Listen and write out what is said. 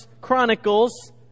Chronicles